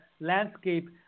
landscape